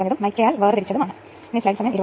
അതിനാൽ ഈ സമവാക്യത്തിൽ നിന്ന് I2 8